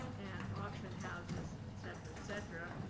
and auction houses, et cetera, et cetera,